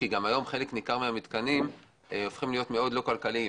כי גם היום חלק ניכר מהמתקנים הופכים להיות מאוד לא כלכליים.